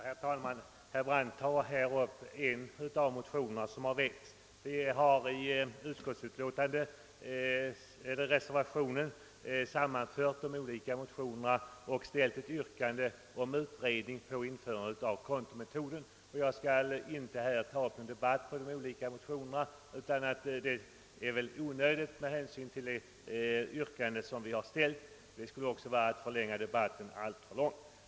Herr talman! Herr Brandt tar här upp en av de motioner som väckts. I reservationen har motionerna sammanförts och ett yrkande ställts om utredning av frågan om en allmän öppen resultatutjämning genom införande av kontometoden. Jag skall inte ta upp någon debatt här om de olika motionerna. Det förefaller mig onödigt med hänsyn till det yrkande som vi har ställt. Det skulle också bara förlänga debatten alltför mycket.